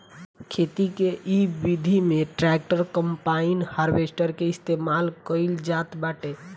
खेती के इ विधि में ट्रैक्टर, कम्पाईन, हारवेस्टर के इस्तेमाल कईल जात बाटे